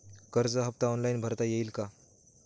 कर्ज हफ्ता ऑनलाईन भरता येईल का?